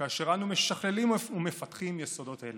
כאשר אנו משכללים ומפתחים יסודות אלה.